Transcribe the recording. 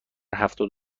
هفتاد